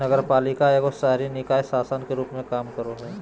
नगरपालिका एगो शहरी निकाय शासन के रूप मे काम करो हय